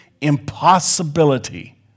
impossibility